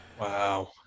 Wow